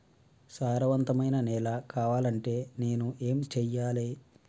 సారవంతమైన నేల కావాలంటే నేను ఏం చెయ్యాలే?